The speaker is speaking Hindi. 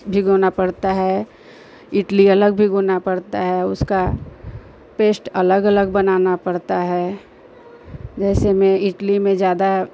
भिगोना पड़ता है इडली को अलग भिगोना पड़ता है उसका पेस्ट अलग अलग बनाना पड़ता है जैसे मैं इडली में ज़्यादा